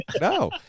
No